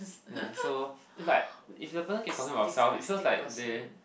ya so it's like if the person keeps talking about self it feels like they